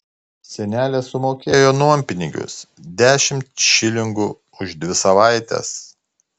senelė sumokėjo nuompinigius dešimt šilingų už dvi savaites